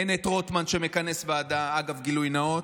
אין את רוטמן שמכנס ועדה, אגב, גילוי נאות: